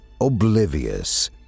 Oblivious